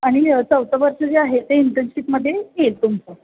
आणि चौथं वर्ष जे आहे ते इंटर्नशिपमध्ये येईल तुमचं